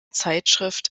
zeitschrift